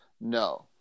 No